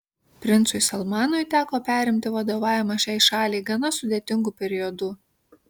princui salmanui teko perimti vadovavimą šiai šaliai gana sudėtingu periodu